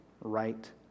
right